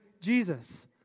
Jesus